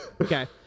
Okay